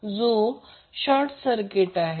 जो short circuit आहे